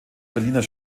berliner